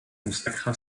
consacra